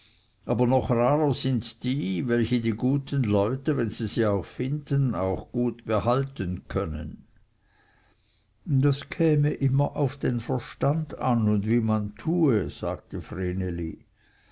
aber noch rarer sind die welche die guten leute wenn sie sie auch finden auch gut behalten können das käme immer auf den verstand an und wie man tue sagte